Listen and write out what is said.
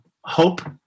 Hope